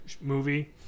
movie